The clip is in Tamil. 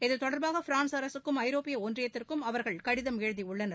இது தொடர்பாக பிரான்ஸ் அரசுக்கும் ஐரோப்பிய ஒன்றியத்துக்கும் அவர்கள் கடிதம் எழுதியுள்ளனர்